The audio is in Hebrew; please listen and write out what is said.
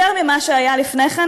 יותר ממה שהיה לפני כן,